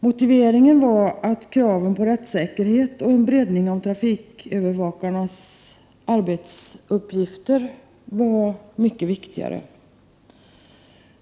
Motiveringen var att kravet på rättssäkerhet och en breddning av trafikövervakarnas arbetsuppgifter var mycket viktigare.